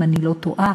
אם אני לא טועה,